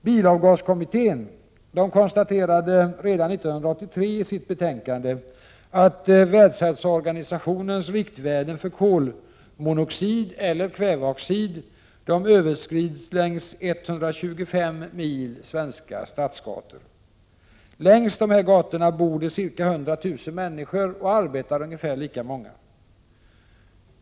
Bilavgaskommittén konstaterade redan 1983 i sitt betänkande att Världshälsoorganisationens riktvärden för kolmonoxid eller kväveoxid överskrids längs 125 mil svenska stadsgator. Längs dessa gator bor det ca 100 000 människor, och där arbetar ungefär lika många.